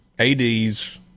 AD's